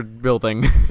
building